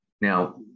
Now